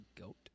goat